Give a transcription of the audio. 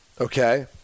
okay